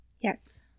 Yes